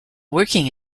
working